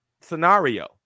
scenario